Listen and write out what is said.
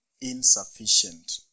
insufficient